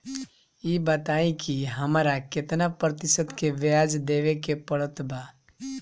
ई बताई की हमरा केतना प्रतिशत के ब्याज देवे के पड़त बा?